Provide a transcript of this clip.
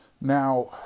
Now